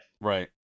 Right